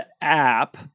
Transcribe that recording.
app